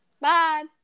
bye